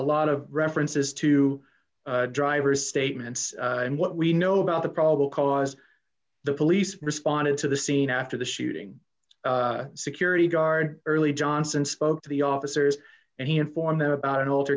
lot of references to driver's statements and what we know about the probable cause the police responded to the scene after the shooting security guard early johnson spoke to the officers and he informed them about an